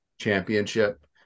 championship